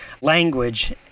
language